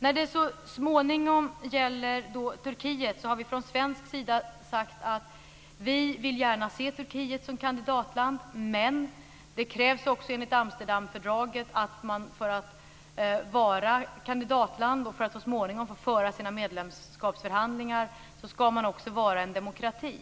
När det så småningom gäller Turkiet har vi från svensk sida sagt att vi gärna vill se Turkiet som kandidatland. Men det krävs också enligt Amsterdamfördraget att man för att vara kandidatland och så småningom få föra sina medlemskapsförhandlingar också ska vara en demokrati.